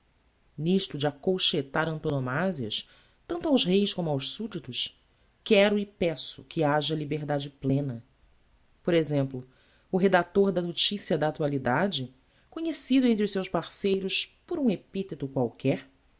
n'isto de acolchetar antonomasias tanto aos reis como aos subditos quero e peço que haja liberdade plena por exemplo o redactor da noticia da actualidade conhecido entre os seus parceiros por um epitheto qualquer